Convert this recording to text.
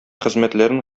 хезмәтләрен